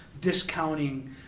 discounting